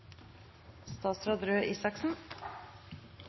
statsråd Røe Isaksen